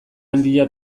handia